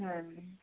ம்